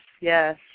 yes